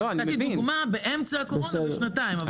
--- במקומה, באמצע הקורונה בשנתיים.